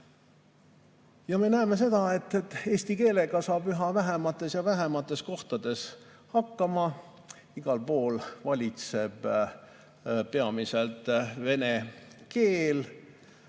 Me näeme seda, et eesti keelega saab üha vähemates ja vähemates kohtades hakkama. Igal pool valitseb peamiselt vene keel,